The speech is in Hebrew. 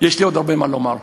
לי עוד הרבה מה לומר.